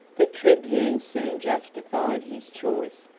the tribune soon justified his choice,